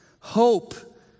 hope